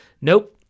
Nope